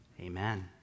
Amen